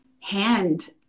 hand